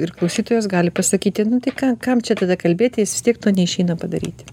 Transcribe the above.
ir klausytojas gali pasakyti nu tai ką kam čia tada kalbėti nes vis tiek to neišeina padaryti